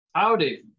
Howdy